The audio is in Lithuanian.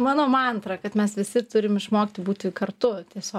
mano mantra kad mes visi turim išmokti būti kartu tiesiog